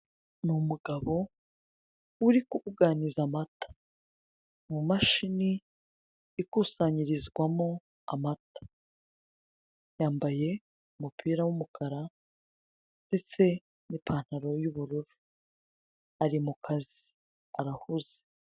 Ni umgabo uri kubuganiza amata mu mashini ikusanyirizwamo amata yambaye umupira w'umukara ndetse n'ipantalo y'ubururu ari mu kazi arahuze.